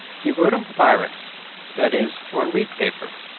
he wrote on papyrus that is, on reed paper,